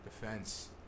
Defense